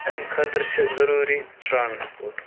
أمۍ خٲطرٕ چھِ ضٔروٗری ٹرانسپوٹ